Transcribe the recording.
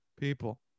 people